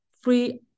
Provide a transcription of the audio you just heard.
free